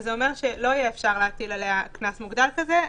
לא יהיה אפשר להטיל עליה קנס מוגדל כזה.